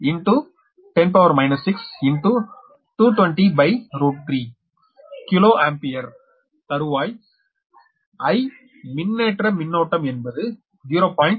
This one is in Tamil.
6777 10 6 2203 கிலோ ஆம்பியர் பெர் தறுவாய் I மின்னேற்ற மின்னோட்டம் என்பது 0